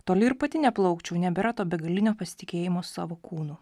toli ir pati neplaukčiau nebėra to begalinio pasitikėjimo savo kūnu